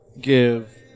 give